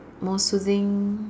more soothing